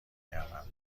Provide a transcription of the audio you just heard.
کردم